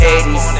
80s